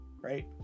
Right